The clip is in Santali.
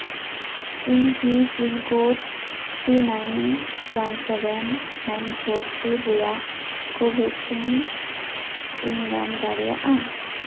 ᱤᱧᱠᱤ pin code three nine one seven nine four ᱥᱩᱨ ᱨᱮᱭᱟᱜ ᱠᱳ ᱵᱷᱮᱠᱥᱤᱱ ᱤᱧ ᱧᱟᱢ ᱫᱟᱲᱮᱭᱟᱜᱼᱟ